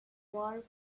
war